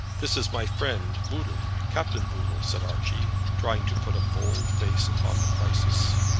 this is my friend boodle captain boodle, said archie, trying to put a bold face upon the crisis.